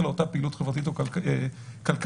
לאותה פעילות כלכלית או חברתית אסדרה,